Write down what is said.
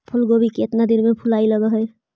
फुलगोभी केतना दिन में फुलाइ लग है?